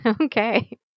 Okay